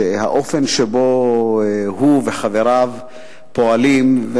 האופן שבו הוא וחבריו פועלים,